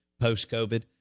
post-COVID